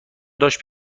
داشت